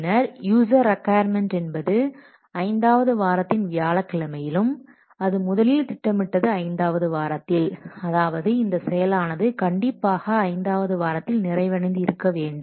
பின்னர் user requirement என்பது ஐந்தாவது வாரத்தின் வியாழக் கிழமையிலும் அது முதலில் திட்டமிட்டது ஐந்தாவது வாரத்தில் அதாவது இந்த செயலானது கண்டிப்பாக ஐந்தாவது வாரத்தில் நிறைவடைந்து இருக்க வேண்டும்